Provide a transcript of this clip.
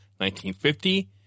1950